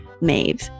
Maeve